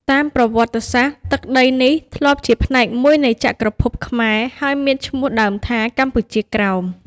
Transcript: តាមប្រវត្តិសាស្ត្រ ទឹកដីនេះធ្លាប់ជាផ្នែកមួយនៃចក្រភពខ្មែរ ហើយមានឈ្មោះដើមថា កម្ពុជាក្រោម។